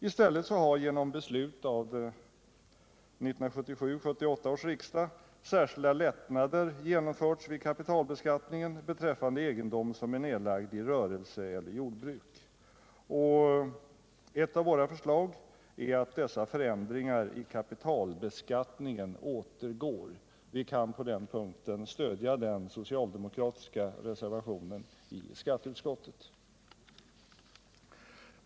I stället har genom beslut av 1977/78 års riksmöte särskilda lättnader genomförts vid kapitalbeskattningen beträffande egendom som är nedlagd i rörelse eller jordbruk. Ett av våra förslag är att dessa förändringar i kapitalbeskattningen återgår; vi kan på den punkten stödja den socialdemokratiska reservationen i skatteutskottet.